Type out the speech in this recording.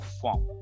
form